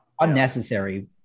unnecessary